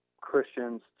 Christians